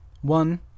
One